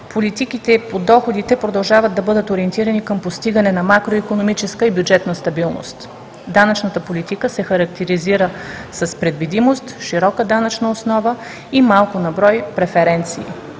политиките по доходите продължават да бъдат ориентирани към постигане на макроикономическа и бюджетна стабилност. Данъчната политика се характеризира с предвидимост в широка данъчна основа и малко на брой преференции.